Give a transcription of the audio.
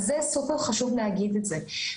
אז זה סופר חשוב להגיד את זה.